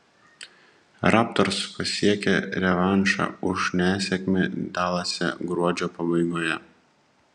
raptors pasiekė revanšą už nesėkmę dalase gruodžio pabaigoje